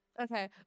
Okay